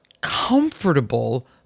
comfortable